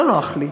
לא נוח לי.